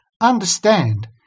understand